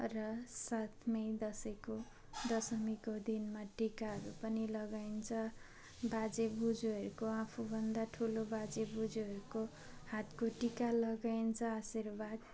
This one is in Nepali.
र साथमा दसैँको दसमीको दिनमा टिकाहरू पनि लगाइन्छ बाजे बोजूहरूको आफू भन्दा ठुलो बाजे बोजूहरूको हातको टिका लगाइन्छ आशीर्वाद